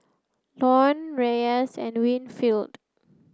Lorne Reyes and Winfield